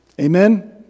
Amen